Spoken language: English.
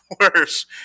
worse